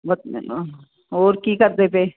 ਬਸ ma'am ਹੋਰ ਕੀ ਕਰਦੇ ਪਏ